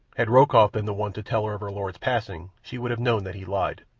had rokoff been the one to tell her of her lord's passing she would have known that he lied.